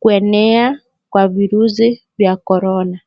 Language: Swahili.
kuenea kwa virusi vya korona.